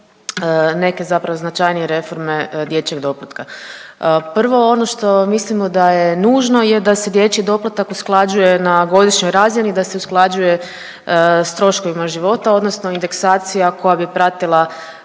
neke zapravo značajnije reforme dječjeg doplatka. Prvo ono što mislimo da je nužno je da se dječji doplatak usklađuje na godišnjoj razini i da se usklađuje s troškovima života odnosno indeksacija koja bi pratila